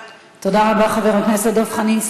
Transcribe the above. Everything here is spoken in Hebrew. אבל, תודה רבה, חבר הכנסת דב חנין.